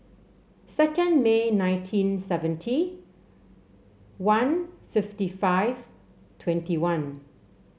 second May nineteen seventy one fifty five twenty one